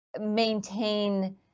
maintain